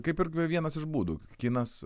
kaip ir vienas iš būdų kinas